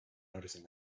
noticing